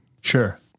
Sure